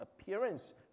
appearance